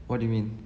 what do you mean